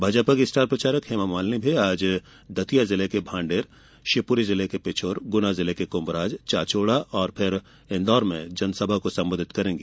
भाजपा की स्टार प्रचारक हेमामालिनी भी आज दतिया जिले के भांडेर शिवपुरी जिले पिछोर गुना जिले के कुंभराज चाचोड़ा और फिर इन्दौर में जनसभा को संबोधित करेगी